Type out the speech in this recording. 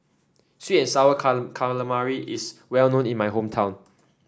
sweet and sour calamari is well known in my hometown